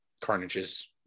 Carnage's